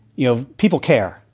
you know, people care.